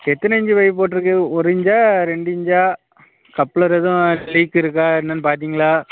எத்தனை inch pipe போட்டிருக்கு ஒரு இஞ்சா ரெண்டு இஞ்சா கப்லர் ஏதும் லீக் இருக்கா என்னன்னு பார்த்திங்களா